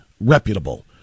reputable